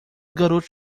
garotos